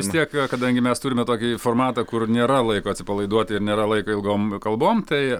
vis tiek kadangi mes turime tokį formatą kur nėra laiko atsipalaiduoti ir nėra laiko ilgom kalbom tai